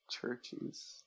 churches